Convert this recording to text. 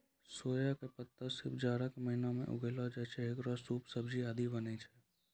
सोया के पत्ता सिर्फ जाड़ा के महीना मॅ उगैलो जाय छै, हेकरो सूप, सब्जी आदि बनै छै